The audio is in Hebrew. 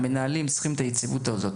המנהלים צריכים את היציבות הזאת,